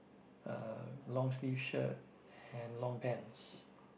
uh long sleeve shirt and long pants